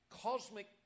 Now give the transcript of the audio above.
cosmic